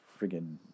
friggin